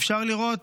אפשר לראות,